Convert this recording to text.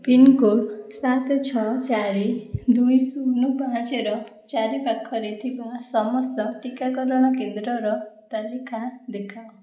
pincode ସାତ ଛଅ ଚାରି ଦୁଇ ଶୂନ ପାଞ୍ଚର ଚାରିପାଖରେ ଥିବା ସମସ୍ତ ଟୀକାକରଣ କେନ୍ଦ୍ରର ତାଲିକା ଦେଖାଅ